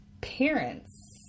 parents